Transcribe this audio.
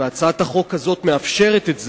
והצעת החוק הזאת מאפשרת את זה,